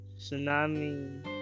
tsunami